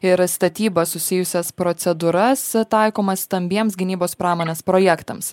ir statyba susijusias procedūras taikomas stambiems gynybos pramonės projektams